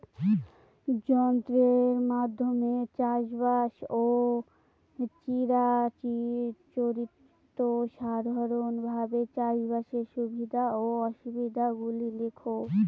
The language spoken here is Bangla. যন্ত্রের মাধ্যমে চাষাবাদ ও চিরাচরিত সাধারণভাবে চাষাবাদের সুবিধা ও অসুবিধা গুলি লেখ?